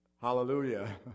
Hallelujah